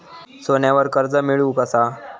सोन्यावर कर्ज मिळवू कसा?